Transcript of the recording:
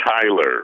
Tyler